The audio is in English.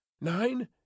Nine